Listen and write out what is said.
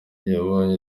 yabonye